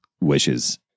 wishes